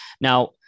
Now